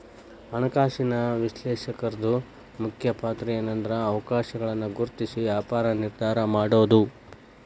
ಹಣಕಾಸಿನ ವಿಶ್ಲೇಷಕರ್ದು ಮುಖ್ಯ ಪಾತ್ರಏನ್ಂದ್ರ ಅವಕಾಶಗಳನ್ನ ಗುರ್ತ್ಸಿ ವ್ಯಾಪಾರ ನಿರ್ಧಾರಾ ಮಾಡೊದು